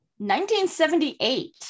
1978